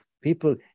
People